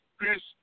Chris